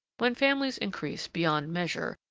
when families increase beyond measure,